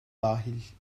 dahil